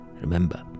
Remember